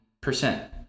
percent